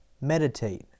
meditate